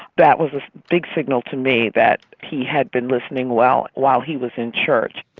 that was a big signal to me that he had been listening well while he was in church.